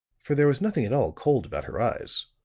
for there was nothing at all cold about her eyes